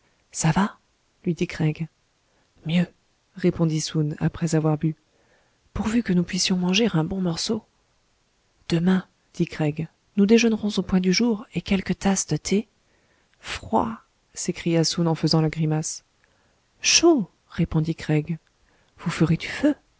ça va lui dit craig mieux répondit soun après avoir bu pourvu que nous puissions manger un bon morceau demain dit craig nous déjeunerons au point du jour et quelques tasses de thé froid s'écria soun en faisant la grimace chaud répondit craig vous ferez du feu